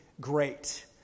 great